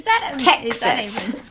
Texas